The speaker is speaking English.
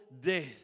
death